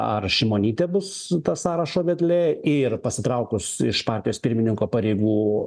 ar šimonytė bus ta sąrašo vedlė ir pasitraukus iš partijos pirmininko pareigų